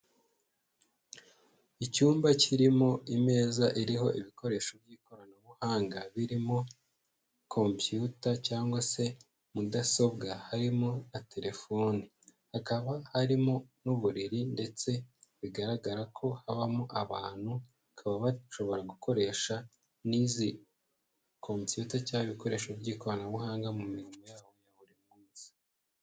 Icyumba kirimo imeza iriho ibikoresho by'ikoranabuhanga birimo kompiyute cyangwa se mudasobwa harimo na telefone. Hakaba harimo n'uburiri ndetse bigaragara ko habamo abantu, bakaba bashobora gukoresha n'izi kompiyuta cya ibikoresho by'ikoranabuhanga mu mirimo yabo ya buri munsi.